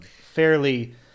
fairly